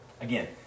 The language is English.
Again